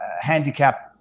handicapped